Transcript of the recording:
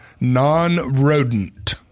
non-rodent